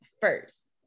First